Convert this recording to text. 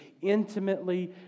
intimately